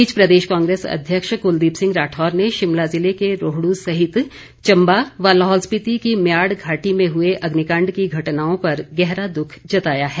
इस बीच प्रदेश कांग्रेस अध्यक्ष कुलदीप सिंह राठौर ने शिमला ज़िले के रोहडू सहित चंबा व लाहौल स्पिति की म्याड़ घाटी में हुई अग्निकांड की घटनाओं पर गहरा दुख जताया है